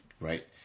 right